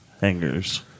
hangers